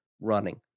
running